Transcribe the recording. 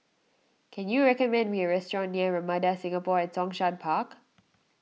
can you recommend me a restaurant near Ramada Singapore at Zhongshan Park